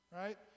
right